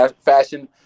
fashion